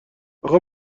اخه